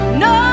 no